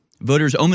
Voters